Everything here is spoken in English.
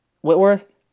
Whitworth